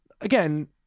again